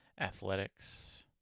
athletics